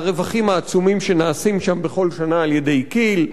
מהרווחים העצומים שנעשים שם בכל שנה על-ידי כי"ל,